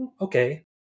okay